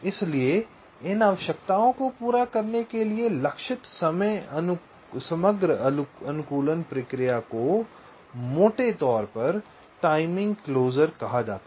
इसलिए इन आवश्यकताओं को पूरा करने के लिए लक्षित समग्र अनुकूलन प्रक्रिया को मोटे तौर पर टाइमिंग क्लोज़र कहा जाता है